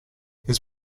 his